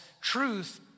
Truth